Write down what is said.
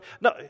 no